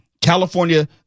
California